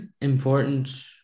important